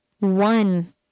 One